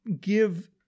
give